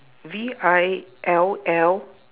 V I L L